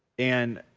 and